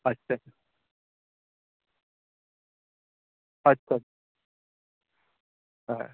আচ্ছা আচ্ছা হ্যাঁ